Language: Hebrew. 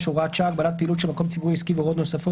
(הוראת שעה) (הגבלת פעילות של מקום ציבורי או עסקי והוראות נוספות),